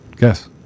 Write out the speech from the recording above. Yes